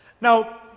Now